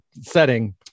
setting